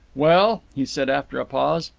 well, he said after a pause,